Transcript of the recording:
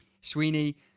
Sweeney